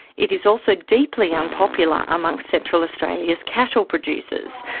it is also deeply unpopular amongst central australia's cattle producers.